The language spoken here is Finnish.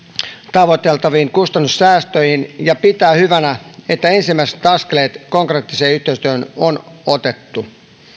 tavoiteltaviin kustannussäästöihin ja pitää hyvänä että ensimmäiset askeleet konkreettiseen yhteistyöhön on otettu